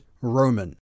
Roman